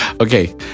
Okay